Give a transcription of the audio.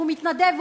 והוא מתנדב,